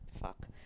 Fuck